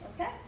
Okay